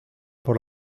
por